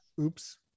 Oops